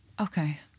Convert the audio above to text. Okay